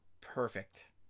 perfect